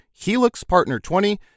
HELIXPARTNER20